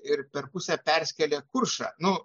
ir per pusę perskėlė kuršą nu